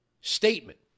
statement